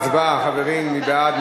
חברים, מי בעד?